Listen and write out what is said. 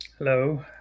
Hello